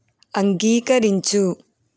అంగీకరించు